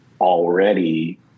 already